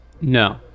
No